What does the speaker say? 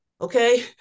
okay